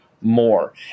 more